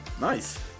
Nice